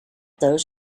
those